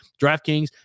DraftKings